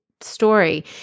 story